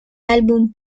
álbum